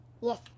Yes